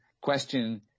question